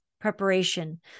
preparation